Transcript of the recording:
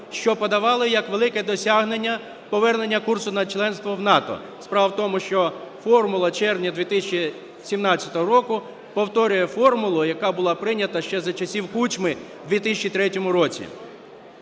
що подавали як велике досягнення - повернення курсу на членство в НАТО. Справа в тому, що формула червня 2017 року повторює формулу, яка була прийнята ще за часів Кучми в 2003 році.